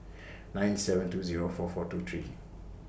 nine seven two Zero four four two three